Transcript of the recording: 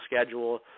schedule